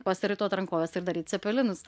pasiraitot rankoves ir daryt cepelinus